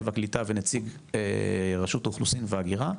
והקליטה ונציג רשות האוכלוסין וההגירה,